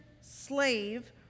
slave